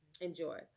enjoy